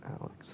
Alex